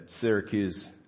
Syracuse